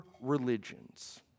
religions